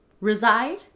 reside